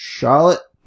Charlotte